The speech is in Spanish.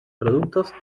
productos